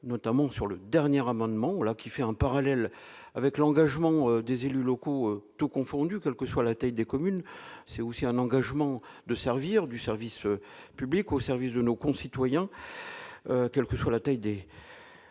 notamment sur le dernier amendement ont la qui fait un parallèle avec l'engagement des élus locaux, tout confondu, quelle que soit la taille des communes, c'est aussi un engagement de servir du service public au service de nos concitoyens, quelle que soit la taille des des